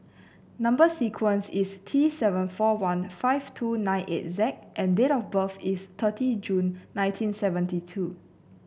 number sequence is T seven four one five two nine eight Z and date of birth is thirty June nineteen seventy two